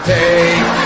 take